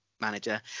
manager